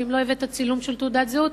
ואם לא הבאת צילום של תעודת זהות